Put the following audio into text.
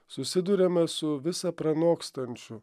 susiduriame su visa pranokstančiu